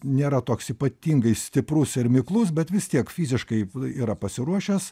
nėra toks ypatingai stiprus ir miklus bet vis tiek fiziškai yra pasiruošęs